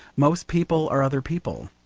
most people are other people.